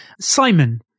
Simon